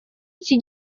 iki